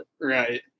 right